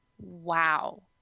wow